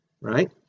right